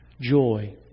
joy